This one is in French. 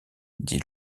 dit